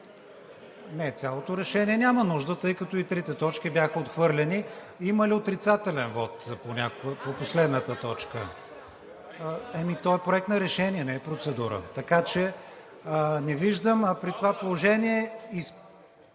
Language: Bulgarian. Не, цялото решение няма нужда, тъй като и трите точки бяха отхвърлени. Има ли отрицателен вот по последната точка? (Реплики.) Ами то е Проект на решение, не е процедура, така че не виждам. При това положение